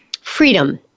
freedom